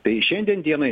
tai šiandien dienai